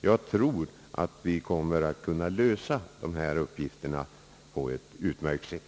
Jag tror att vi kommer att kunna lösa dessa problem på ett utmärkt sätt.